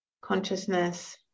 consciousness